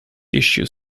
issue